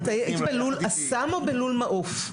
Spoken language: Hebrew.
את היית בלול אסם או בלול מעוף?